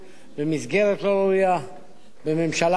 במסגרת לא ראויה, בממשלה לא ראויה.